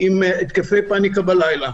עם התקפי פניקה בלילה,